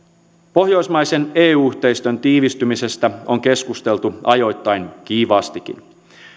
pohjoismaisen eu yhteistyön tiivistymisestä on keskusteltu ajoittain kiivaastikin